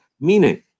meaning